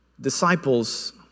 Disciples